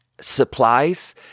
supplies